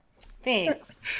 Thanks